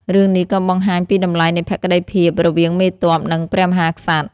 រឿងនេះក៏បង្ហាញពីតម្លៃនៃភក្តីភាពរវាងមេទ័ព និងព្រះមហាក្សត្រ។